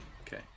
Okay